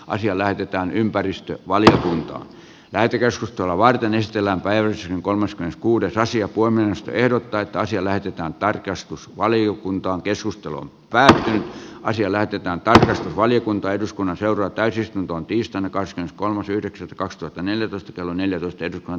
asia lähetetään ympäristö valiokunta lähetekeskustelua varten estellä päivisin kolmas kuudetta asia voi myös ehdottaa että siellä heti tarkastusvaliokuntaan keskusteluun pää asia lähetetään tarkastusvaliokunta eduskunnan seuraa täysistuntoon tiistaina kasvin kolmas yhdeksättä kaksituhattaneljätoista tällainen kiitos